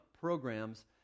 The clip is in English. programs